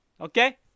Okay